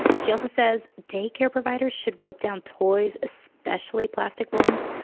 she also says day care providers should wipe down toys, especially plastic ones,